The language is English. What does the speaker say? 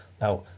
Now